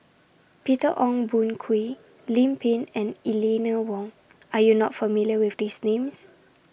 Peter Ong Boon Kwee Lim Pin and Eleanor Wong Are YOU not familiar with These Names